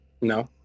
No